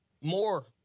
more